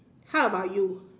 how about you